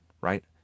right